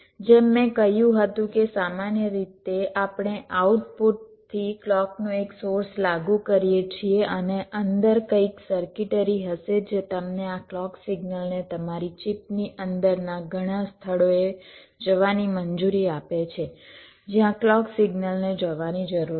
જેમ મેં કહ્યું હતું કે સામાન્ય રીતે આપણે આઉટપુટથી ક્લૉકનો એક સોર્સ લાગુ કરીએ છીએ અને અંદર કંઈક સર્કિટરી હશે જે તમને આ ક્લૉક સિગ્નલને તમારી ચિપની અંદરના ઘણા સ્થળોએ જવાની મંજૂરી આપે છે જ્યાં ક્લૉક સિગ્નલને જવાની જરૂર છે